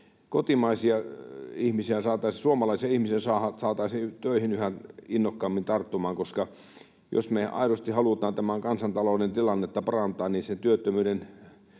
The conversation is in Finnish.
kotimaisia ihmisiä, suomalaisia ihmisiä saataisiin töihin yhä innokkaammin tarttumaan, koska jos me aidosti halutaan tämän kansantalouden tilannetta parantaa, niin se työttömyyden